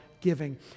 giving